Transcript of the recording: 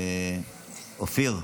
אופיר --- כן,